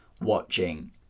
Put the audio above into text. watching